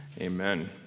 amen